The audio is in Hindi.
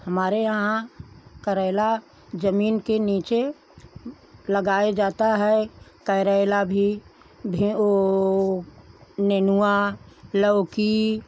हमारे यहाँ करेला जमीन के नीचे लगाया जाता है करेला भी ओ नेनुआ लौकी